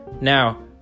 Now